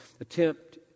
attempt